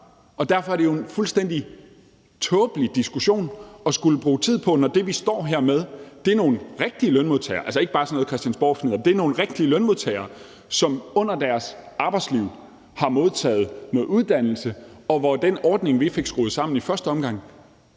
Derfor er det jo en fuldstændig tåbelig diskussion at skulle bruge tid på. Det, vi står med her, er nogle rigtige lønmodtagere – altså ikke bare sådan noget christiansborgfnidder – som under deres arbejdsliv har modtaget noget uddannelse, og hvor den ordning, vi fik skruet sammen i første omgang,